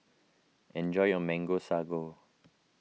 enjoy your Mango Sago